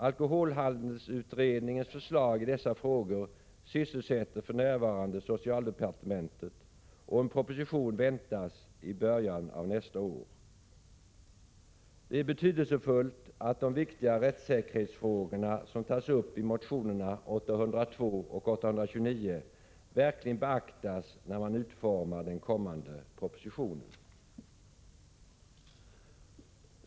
Alkoholhandelsutredningens förslag beträffande dessa frågor sysselsätter för närvarande socialdepartementet, och en proposition väntas i början av nästa år. Det är betydelsefullt att de viktiga rättssäkerhetsfrågor som tas upp i motionerna 802 och 829 verkligen beaktas när man utformar den kommande propositionen.